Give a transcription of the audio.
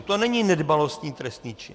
To není nedbalostní trestný čin.